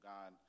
God